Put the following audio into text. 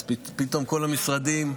פתאום כל המשרדים,